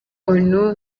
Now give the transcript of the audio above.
onu